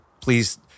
please